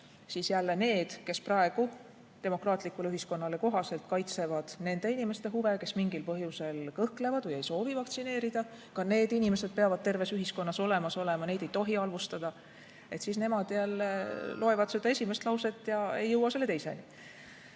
siis jälle need, kes praegu demokraatlikule ühiskonnale kohaselt kaitsevad nende inimeste huve, kes mingil põhjusel kõhklevad või ei soovi vaktsineerida – ka need inimesed peavad terves ühiskonnas olemas olema, neid ei tohi halvustada –, jälle loevad seda esimest lauset ega jõua selle teiseni.